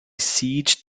siege